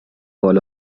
بال